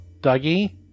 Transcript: Dougie